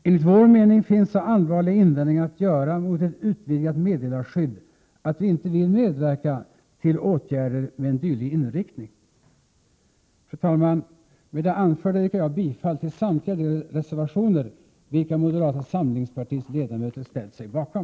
Enligt vår mening finns så allvarliga invändningar att göra mot ett utvidgat meddelarskydd att vi inte vill medverka till åtgärder med en dylik inriktning. Fru talman! Med det anförda yrkar jag bifall till samtliga de reservationer vilka moderata samlingspartiets ledamöter ställt sig bakom.